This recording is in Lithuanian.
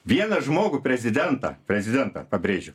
vieną žmogų prezidentą prezidentą pabrėžiu